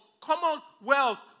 commonwealth